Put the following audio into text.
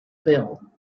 bill